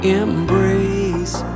embrace